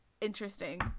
interesting